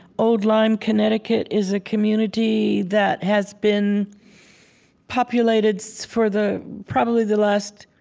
old lyme, connecticut is a community that has been populated so for the probably the last